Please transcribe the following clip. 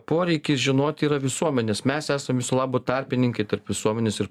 poreikis žinoti yra visuomenės mes esam viso labo tarpininkai tarp visuomenės ir